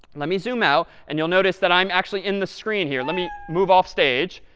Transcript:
let me zoom out. and you'll notice that i'm actually in the screen here. let me move off stage.